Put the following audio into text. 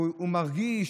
הוא מרגיש,